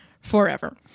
forever